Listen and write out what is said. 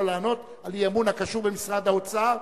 לענות על אי-אמון הקשור במשרד האוצר,